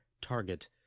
target